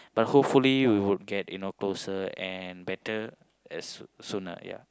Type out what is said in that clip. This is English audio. but hopefully we will get you know closer and better as soon soon ah ya